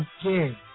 again